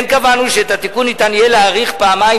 כן קבענו שאת התיקון ניתן יהיה להאריך פעמיים